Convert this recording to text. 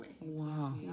Wow